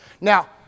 Now